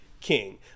king